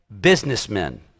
businessmen